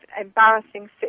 embarrassing